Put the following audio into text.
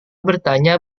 bertanya